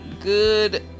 good